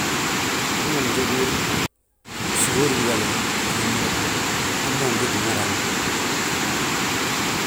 Ndu ugeg wil so uriibale, unan mada byooŋ, hamma ungiti wi ma raanan.